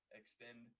extend